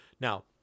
Now